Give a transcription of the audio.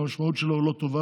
המשמעות של זה לא טובה.